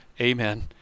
Amen